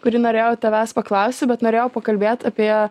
kurį norėjau tavęs paklausti bet norėjau pakalbėt apie